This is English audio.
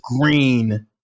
Green